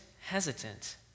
hesitant